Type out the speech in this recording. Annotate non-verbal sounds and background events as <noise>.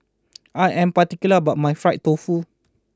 <noise> I am particular about my Fried Tofu